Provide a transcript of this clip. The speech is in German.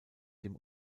dem